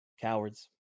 cowards